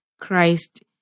Christ